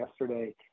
yesterday